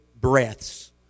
breaths